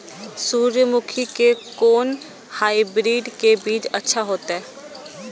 सूर्यमुखी के कोन हाइब्रिड के बीज अच्छा होते?